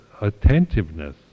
attentiveness